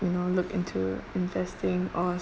you know look into investing or